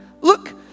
Look